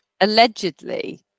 allegedly